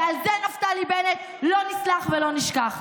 ועל זה, נפתלי בנט, לא נסלח ולא נשכח.